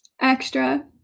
Extra